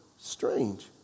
Strange